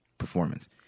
performance